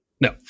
No